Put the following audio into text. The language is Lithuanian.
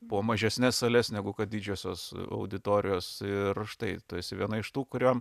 po mažesnes sales negu kad didžiosios auditorijos ir štai tu esi viena iš tų kuriom